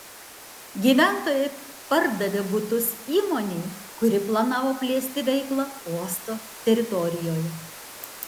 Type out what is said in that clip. gyventojai pardavė butus įmonei kuri planavo plėsti veiklą uosto teritorijoje